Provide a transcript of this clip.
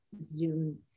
zoom